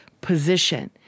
position